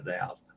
out